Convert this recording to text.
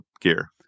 gear